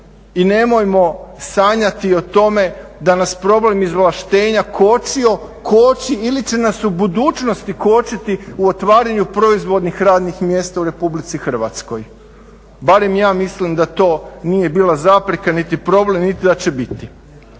i nemojmo sanjati o tome da nas problem izvlaštenja kočio, koči ili će nas u budućnosti kočiti u otvaranju proizvodnih radnih mjesta u RH. Barem ja mislim da to nije bila zapreka niti problem niti da će biti.